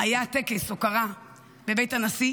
היה טקס הוקרה בבית הנשיא